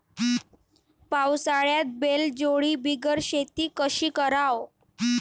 पावसाळ्यात बैलजोडी बिगर शेती कशी कराव?